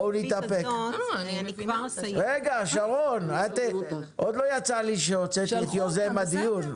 השקופית הזאת מציגה את החיבור בין המחקר לבין השטח בסוף התהליך.